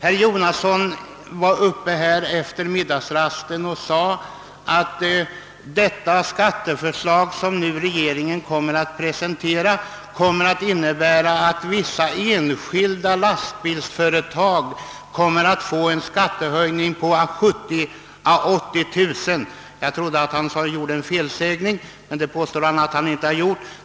Herr Jonasson sade efter middagsrasten att det skatteförslag som regeringen nu presenterar kommer att innebära att vissa enskilda lastbilsföretag får en skattehöjning på 70 000 å 80 000 kronor. Jag trodde att han gjorde sig skyldig till en felsägning, men han säger nu att så inte är fallet.